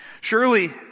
Surely